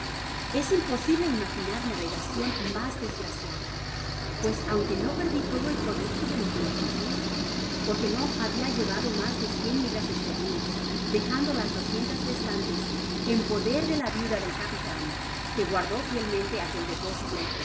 es imposible imaginar navegacion mas desgraciada pues aunque no perdi todo el producto de mis beneficios porque no habia llevado mas que cien libras esterlinas dejando las doscientas restantes en poder de la viuda del capitan que guardó fielmente aquel depósito